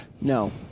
No